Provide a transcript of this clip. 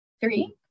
Three